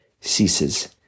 ceases